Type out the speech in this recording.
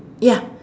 ya